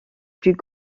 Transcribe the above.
plus